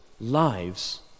lives